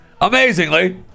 Amazingly